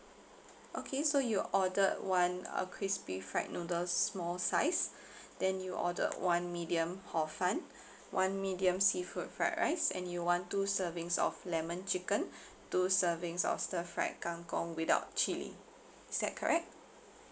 okay so you ordered one uh crispy fried noodle small size then you ordered one medium hor fun one medium seafood fried rice and you want two servings of lemon chicken two servings of stir fried kang kong without chili is that correct